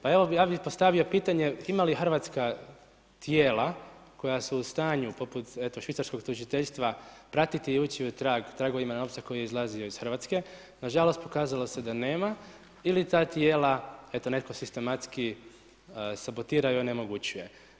Pa evo, ja bi postavio pitanje, ima li hrvatska tijela, koja su u stanju, poput eto švicarskog tužiteljstva, pratiti i ući u trag, trgovima novca koji je izlazio iz Hrvatske, nažalost pokazalo se da nema ili ta tijela, eto netko sistematski sabotira i onemogućuje.